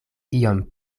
iom